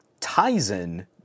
Tizen